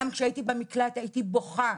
גם כשהייתי במקלט הייתי בוכה,